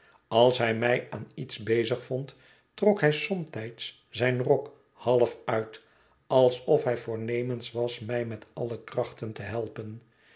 als hij mij aan iets bezig vond trok hij somtijds zijn rok half uit alsof hij voornemens was mij met alle krachten te helpen